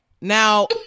now